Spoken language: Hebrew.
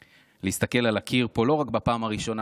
להסתכל על הקיר פה לא רק בפעם הראשונה,